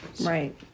Right